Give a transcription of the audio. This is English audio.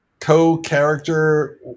co-character